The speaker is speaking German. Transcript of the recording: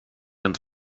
und